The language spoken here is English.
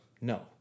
no